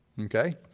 Okay